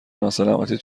ناسلامتی